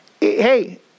Hey